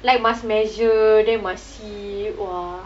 like must measured then must see !wah!